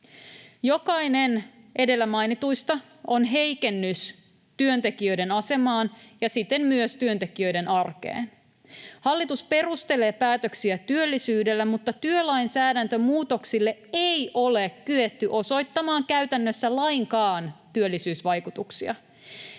Jokainen edellä mainituista on heikennys työntekijöiden asemaan ja siten myös työntekijöiden arkeen. Hallitus perustelee päätöksiä työllisyydellä, mutta työlainsäädäntömuutoksille ei ole kyetty osoittamaan käytännössä lainkaan työllisyysvaikutuksia.